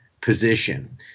position